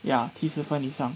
ya 七十分以上